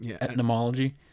etymology